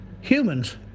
humans